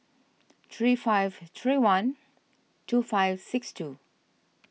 three five three one two five six two